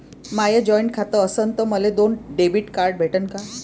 माय joint खातं असन तर मले दोन डेबिट कार्ड भेटन का?